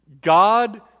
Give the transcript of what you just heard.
God